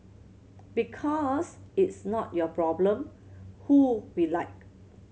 because it's not your problem who we like